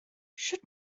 sut